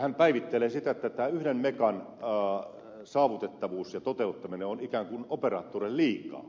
hän päivittelee sitä että tämä yhden megan saavutettavuus ja toteuttaminen on ikään kuin operaattoreille liikaa